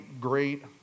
great